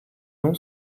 non